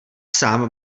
sám